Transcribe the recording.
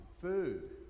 food